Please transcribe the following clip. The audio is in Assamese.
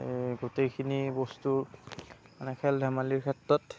গোটেইখিনি বস্তু মানে খেল ধেমালিৰ ক্ষেত্ৰত